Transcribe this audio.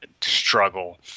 struggle